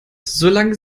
solange